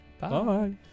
Bye